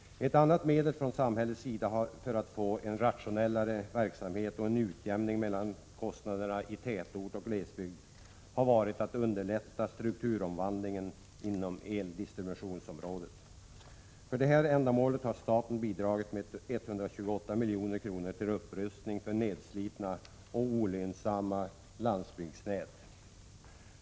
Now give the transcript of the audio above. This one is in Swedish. Ett annat medel från samhällets sida för att få en rationellare verksamhet och en utjämning mellan kostnaderna i tätort och glesbygd har varit att underlätta strukturomvandlingen inom eldistributionsområdet. För det ändamålet har staten bidragit med 128 milj.kr. till upprustning av nedslitna och olönsamma landsbygdsnät.